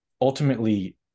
ultimately